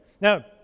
Now